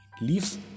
leaves